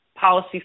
policy